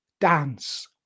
dance